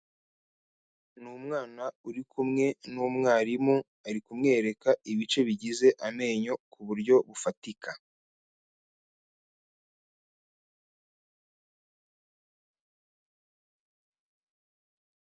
Ni umwana uri kumwe n'umwarimu, ari kumwereka ibice bigize amenyo ku buryo bufatika.